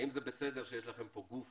האם זה בסדר שיש לכם פה גוף